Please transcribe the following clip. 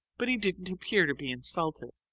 but he didn't appear to be insulted.